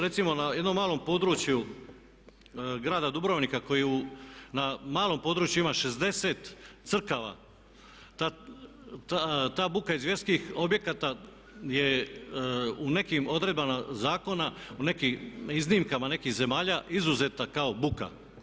Recimo na jednom malom području grada Dubrovnika koju na malom području ima 60 crkava, ta buka iz vjerskih objekata je u nekim odredbama zakona, iznimkama nekih zemalja izuzetna kao buka.